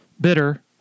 bitter